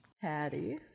Patty